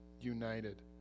united